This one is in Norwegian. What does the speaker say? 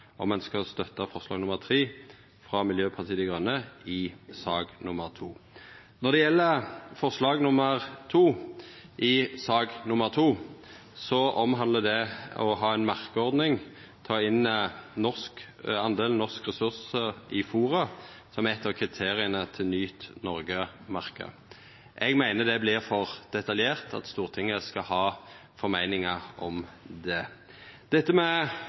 ein skal støtta forslag nr. 3 frå Miljøpartiet Dei Grøne i sak nr. 2. Når det gjeld forslag nr. 2 i sak nr. 2, omhandlar det å ta inn minimumskrav til bruk av norske ressursar i fôret som eit av kriteria til Nyt Noreg-merket. Eg meiner det vert for detaljert at Stortinget skal ha meiningar om det.